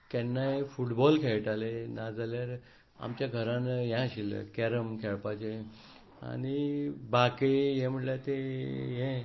केन्नाय फुटबॉल खेळटाले ना जाल्यार आमच्या घरांत हें आशिल्लें कॅरम खेळपाचें आनी बाकी हें म्हणल्यार ती हें